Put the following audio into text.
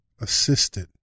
assisted